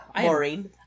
Maureen